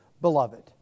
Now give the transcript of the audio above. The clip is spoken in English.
beloved